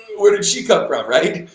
where did she come from! right?